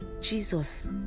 Jesus